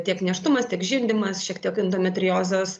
tiek nėštumas tiek žindymas šiek tiek endometriozės